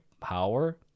power